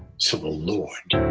so, the lord